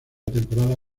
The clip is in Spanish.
temporada